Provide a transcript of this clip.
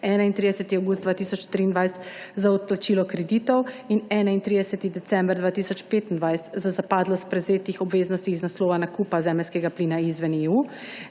31. avgust 2023 za odplačilo kreditov in 31. december 2025 za zapadlost prevzetih obveznosti iz naslova nakupa zemeljskega plina izven EU,